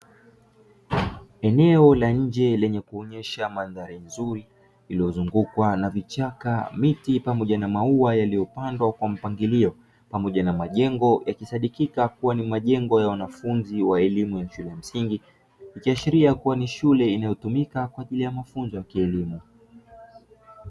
Eneo la nje lenye kuonyesha mandhari nzuri iliyozungukwa na vichaka miti pamoja na maua yaliyopandwa kwa mpangilio pamoja na majengo yakisadikika kuwa ni majengo ya wanafunzi wa elimu ya shule ya msingi, ikiashiria kuwa ni shule inayotumika kwa ajili ya mafunzo ya kielimu.